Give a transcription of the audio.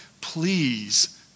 please